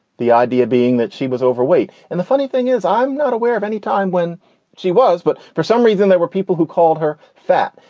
the idea being that she was overweight. and the funny thing is i'm not aware of any time when she was, but for some reason there were people who called her fat.